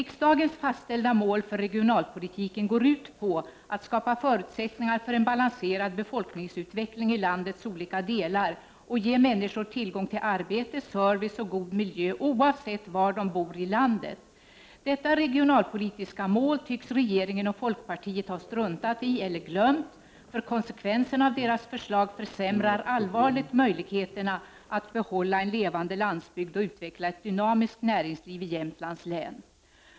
Riksdagens fastställda mål för regionalpolitiken går ut på att skapa förutsättningar för en balanserad befolkningsutveckling i landets olika delar och ge människor tillgång till arbete, service och god miljö oavsett var de bor i landet. Detta regionalpolitiska mål tycks regeringen och folkpartiet ha struntat i eller glömt, då konsekvenserna av deras förslag allvarligt försämrar möjligheten att behålla en levande landsbygd och utveckla ett dynamiskt näringsliv i Jämtlands län.